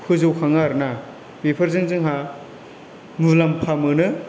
फोजौखाङो आरो ना बेफोरजों जोंहा मुलाम्फा मोनो